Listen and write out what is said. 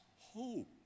hope